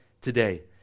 today